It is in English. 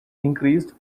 increased